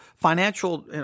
financial